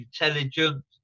intelligent